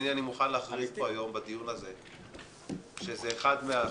הנה אני מוכן להכריז פה היום בדיון הזה שזה אחד החוקים